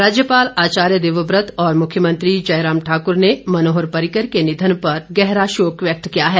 राज्यपाल आचार्य देवव्रत और मुख्यमंत्री जयराम ठाक्र ने मनोहर पर्रिकर के निधन पर गहरा शोक व्यक्त किया है